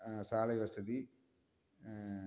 சாலை வசதி